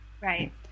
Right